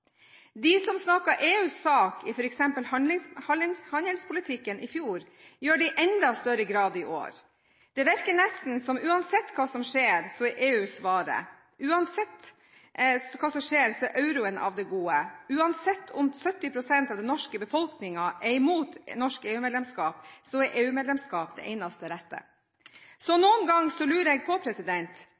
De som snakket EUs sak i f.eks. handelspolitikken i fjor, gjør det i enda større grad i år. Det virker nesten som om uansett hva som skjer, er EU svaret. Uansett hva som skjer, er euroen av det gode. Uansett om 70 pst. av den norske befolkningen er imot norsk EU-medlemskap, er EU-medlemskap det eneste rette. Så noen ganger lurer jeg på: